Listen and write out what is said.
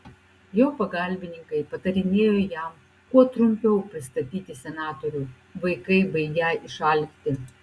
jo pagalbininkai patarinėjo jam kuo trumpiau pristatyti senatorių vaikai baigią išalkti